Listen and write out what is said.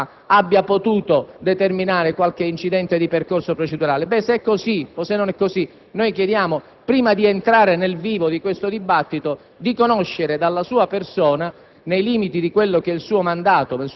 che in quella occasione la frettolosità abbia potuto determinare qualche incidente di percorso procedurale. Se così fosse, chiediamo, prima di entrare nel vivo di questo dibattito, di conoscere dalla sua persona,